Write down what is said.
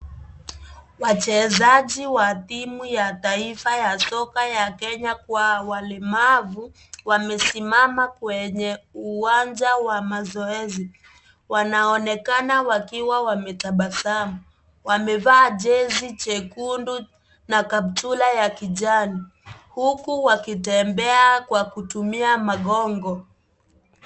Wachezaji wa timu ya taifa ya soka ya Kenya kwa walemavu wamesimama kwenye uwanja wa mazoezi. Wanaonekana wakiwa wametabasamu. Wamevaa jesi jekundu na kaptula ya kijani huku wakitembea kwa kutumia magongo.